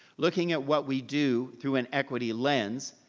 looking at what we do through an equity lens,